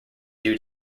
due